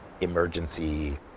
emergency